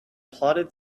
plodded